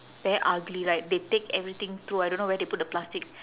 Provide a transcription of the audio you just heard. very ugly right they take everything throw I don't know where they put the plastic